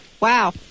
wow